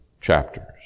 chapters